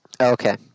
Okay